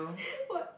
what